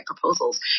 proposals